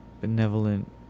benevolent